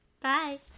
Bye